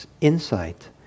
insight